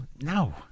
No